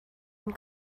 این